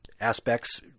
aspects